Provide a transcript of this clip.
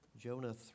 Jonah